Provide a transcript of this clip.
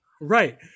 Right